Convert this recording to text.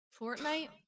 Fortnite